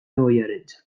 ohiarentzat